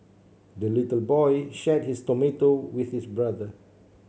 the little boy shared his tomato with his brother